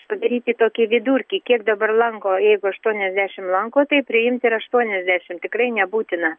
padaryti tokį vidurkį kiek dabar lanko jeigu aštuoniasdešimt lanko tai priimti ir aštuoniasdešimt tikrai nebūtina